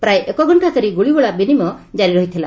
ପ୍ରାୟ ଏକ ଘଣ୍ଟା ଧରି ଗୁଳିଗୋଳା ବିନିମୟ କାରି ରହିଥିଲା